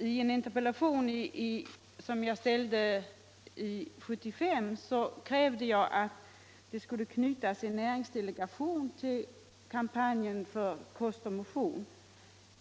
I en motion som jag väckte 1975 krävde jag att en näringsdelegation skulle knytas till kampanjen för kost och motion,